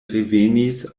revenis